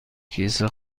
کیسه